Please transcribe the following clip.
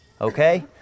okay